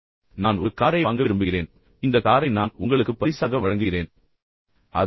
உதாரணமாக நான் ஒரு காரை வாங்க விரும்புகிறேன் எனவே இந்த காரை நான் உங்களுக்கு பரிசாக வழங்குகிறேன் என்று நீங்கள் கூறுகிறீர்கள்